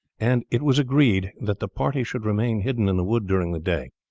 and it was agreed that the party should remain hidden in the wood during the day,